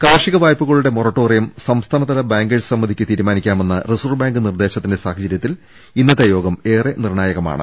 കാർഷിക വായ്പകളുടെ മൊറട്ടോറിയം സംസ്ഥാനതല ബാങ്കേഴ്സ് സമിതിക്ക് തീരുമാനിക്കാമെന്ന റിസർവ് ബാങ്ക് നിർദേ ശത്തിന്റെ സാഹചരൃത്തിൽ ഇന്നത്തെ യോഗം ഏറെ നിർണ്ണായക മാണ്